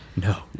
No